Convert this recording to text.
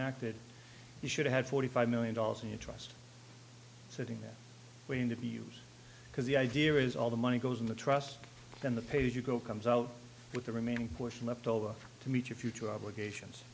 act that you should have forty five million dollars in your trust sitting there waiting to be used because the idea is all the money goes in the trust and the pays you go comes out with the remaining portion left over to meet your future obligations